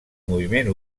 moviment